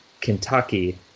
Kentucky